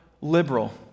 liberal